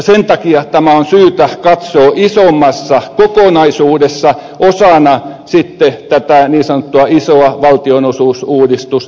sen takia tämä on syytä katsoa isommassa kokonaisuudessa osana sitten tätä niin sanottua isoa valtionosuusuudistusjärjestelmäkokonaisuutta